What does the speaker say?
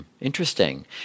Interesting